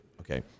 okay